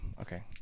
okay